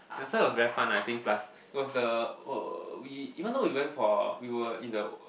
yeah so it was very fun ah I think plus it was the uh we even though we went for we were in the uh